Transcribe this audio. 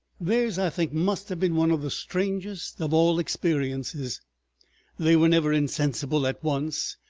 theirs i think must have been one of the strangest of all experiences they were never insensible at once,